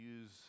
use